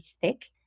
thick